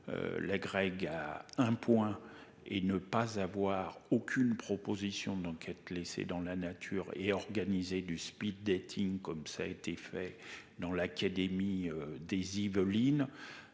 L'Agreg à un point et ne pas avoir aucune proposition d'enquête dans la nature et organisée du speed dating comme ça a été fait dans l'académie des Yvelines.